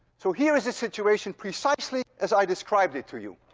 so here is the situation precisely as i described it to you.